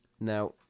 Now